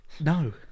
no